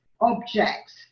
objects